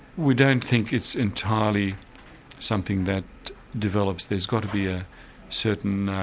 we don't think it's entirely something that develops there's got to be a certain